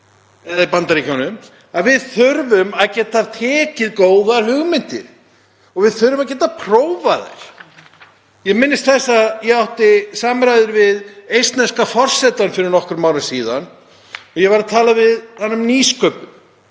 eða í Bandaríkjunum, þurfum að geta tekið góðar hugmyndir og við þurfum að geta prófað þær. Ég minnist þess að ég átti samræður við eistneska forsetann fyrir nokkrum árum og ég var að tala við hann um nýsköpun.